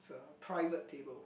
it's a private table